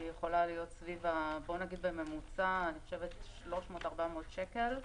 בממוצע כ-300 400 שקל.